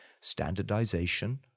standardization